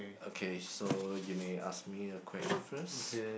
okay so you may ask me a question first